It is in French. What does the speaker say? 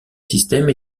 système